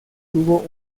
tuvo